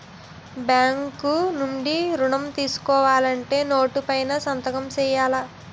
bank నుండి ఋణం తీసుకోవాలంటే నోటు పైన సంతకం సేయాల